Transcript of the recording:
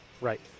Right